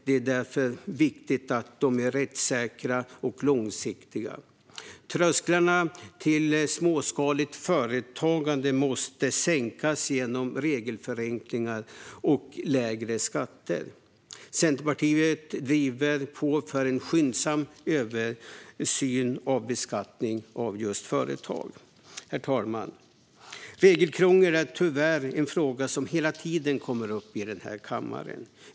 Det är därför viktigt att de är rättssäkra och långsiktiga. Trösklarna till småskaligt företagande måste sänkas genom regelförenklingar och lägre skatter. Centerpartiet driver på för en skyndsam översyn av beskattningen av just företag. Herr talman! Regelkrångel är tyvärr en fråga som hela tiden kommer upp i denna kammare.